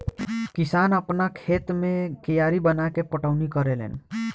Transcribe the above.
किसान आपना खेत मे कियारी बनाके पटौनी करेले लेन